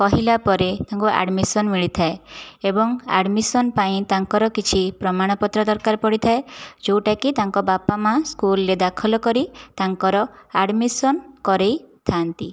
କହିଲା ପରେ ତାଙ୍କୁ ଆଡ଼ମିସନ ମିଳିଥାଏ ଏବଂ ଆଡ଼ମିସନ ପାଇଁ ତାଙ୍କର କିଛି ପ୍ରମାଣ ପତ୍ର ଦରକାର ପଡ଼ିଥାଏ ଯେଉଁଟାକି ତାଙ୍କ ବାପା ମାଆ ସ୍କୁଲରେ ଦାଖଲ କରି ତାଙ୍କର ଆଡ଼ମିସନ କରାଇଥା'ନ୍ତି